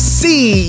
see